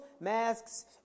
masks